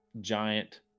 giant